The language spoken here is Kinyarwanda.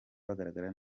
bugaragara